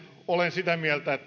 sitä